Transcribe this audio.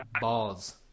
balls